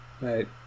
right